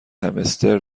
همستر